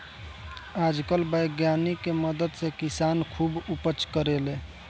आजकल वैज्ञानिक के मदद से किसान खुब उपज करेले